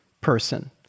person